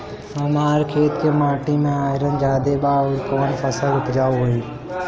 हमरा खेत के माटी मे आयरन जादे बा आउर कौन फसल उपजाऊ होइ?